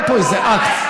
היה פה איזה אקט.